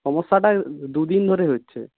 সমস্যাটা দুদিন ধরে হচ্ছে